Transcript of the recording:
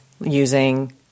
using